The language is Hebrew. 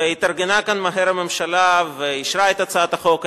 והתארגנה כאן מהר הממשלה ואישרה את הצעת החוק,